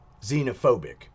xenophobic